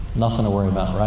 nothing to worry about, right?